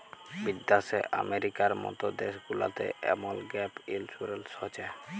বিদ্যাশে আমেরিকার মত দ্যাশ গুলাতে এমল গ্যাপ ইলসুরেলস হছে